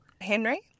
Henry